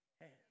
hands